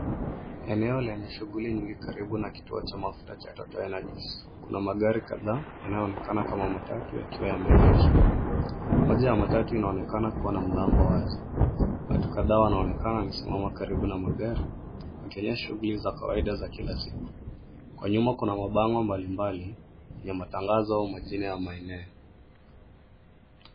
Eneo lenye shughuli nyingi karibu na kituo cha mafuta cha, Total energies. Kuna magari kadhaa yanayoonekana kama matatu yakiwa yameegeshwa. Moja ya matatu inaonekana kuwa na mlango wazi. Watu kadhaa wanaonekana wamesimama karibu na magari wakifanya shughuli za kawaida za kila siku. Kwa nyuma kuna mabango mbalimbali yenye matangazo au majina ya maeneo.